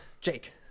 Jake